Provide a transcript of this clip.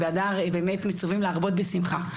ובאדר מצווים להרבות בשמחה.